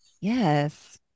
Yes